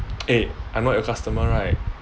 eh I'm not your customer right